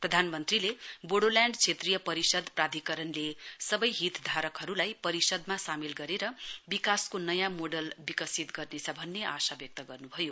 प्रधानमन्त्रीले बोडोल्याण्ड क्षेत्रीय परिषद प्राधिकरणले सवै हितधारकहरुलाई परिषदमा सामेल गरेर विकासको नयाँ मोडल विकसित गर्नेछ भन्ने आशा व्यक्त गर्नुभयो